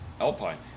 Alpine